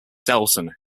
dalton